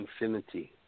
Infinity